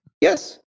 Yes